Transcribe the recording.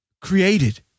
Created